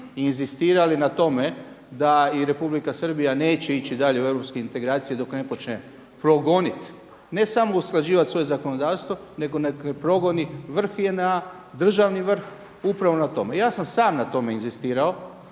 inzistirali na tome da i Republika Srbija neće ići dalje u europske integracije dok ne počne progoniti, ne samo usklađivati svoje zakonodavstvo, nego da progoni vrh JNA, državni vrh upravo na tome. Ja sam sam na tome inzistirao.